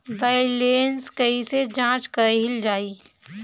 Balance कइसे जांच कइल जाइ?